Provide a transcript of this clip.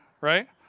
right